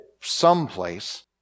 someplace